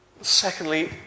Secondly